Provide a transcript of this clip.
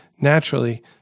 Naturally